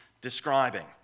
describing